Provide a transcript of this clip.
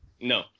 No